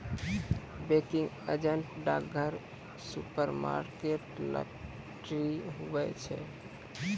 banking agent डाकघर, supermarket, lottery, हुवै छै